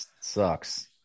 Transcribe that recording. sucks